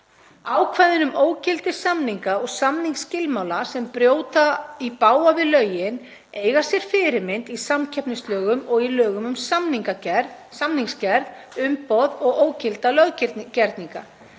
Ákvæðin um ógilda samninga og samningsskilmála sem brjóta í bága við lögin eiga sér fyrirmynd í samkeppnislögum og í lögum um samningsgerð, umboð og ógilda löggerninga.